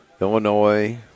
Illinois